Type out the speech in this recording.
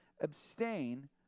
abstain